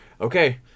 okay